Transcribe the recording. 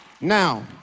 Now